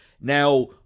Now